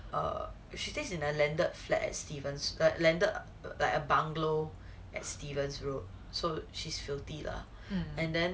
err if she stays in a landed flat at stevens err landed like a bungalow at stevens road so she's filthy lah and then